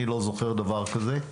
אני לא זוכר דבר כזה,